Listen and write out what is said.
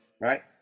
right